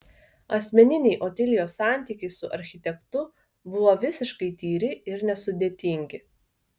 asmeniniai otilijos santykiai su architektu buvo visiškai tyri ir nesudėtingi